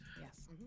Yes